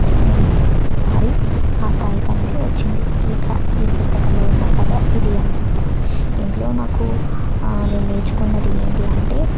పాడి ఆ స్థాయికి అనేది వచ్చింది ఇక ఈ పుస్తకంలో ఉన్న కథ ఇది అన్నమాట ఇంట్లో నాకు నేను నేర్చుకున్నది ఏంటి అంటే